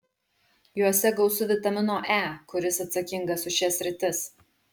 juose gausu vitamino e kuris atsakingas už šias sritis